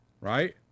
right